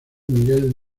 miguel